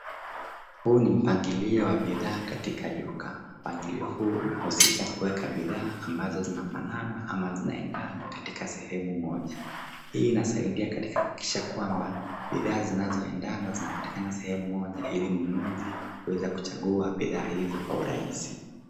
Huu ni mpangilio wa bidhaa katika duka. Mpangilio huu unahushisha kuweka bidhaa ambazo zinafanana ama zinaendana katika sehemu moja. Hii inazaidia katika kuhakikisha kwamba bidhaa zinazoendana zipatikana sehemu moja ili nunuzi huweza kuchagua bidhaa hizo kwa urahizi.